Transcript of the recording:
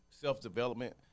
self-development